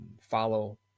follow